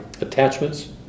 attachments